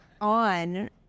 on